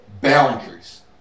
boundaries